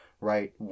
right